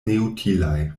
neutilaj